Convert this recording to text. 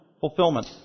fulfillment